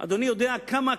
אדוני יודע כמה